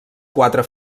quatre